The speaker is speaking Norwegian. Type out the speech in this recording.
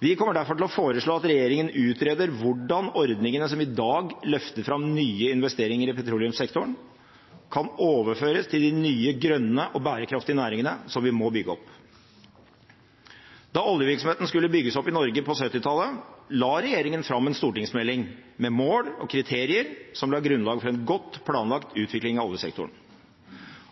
Vi kommer derfor til å foreslå at regjeringen utreder hvordan ordningene som i dag løfter fram nye investeringer i petroleumssektoren, kan overføres til de nye grønne og bærekraftige næringene som vi må bygge opp. Da oljevirksomheten skulle bygges opp i Norge på 1970-tallet, la regjeringen fram en stortingsmelding med mål og kriterier som la grunnlag for en godt planlagt utvikling av oljesektoren.